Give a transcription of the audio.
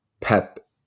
Pep